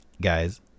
Guys